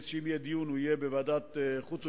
שהוא באמת פיגוע חריג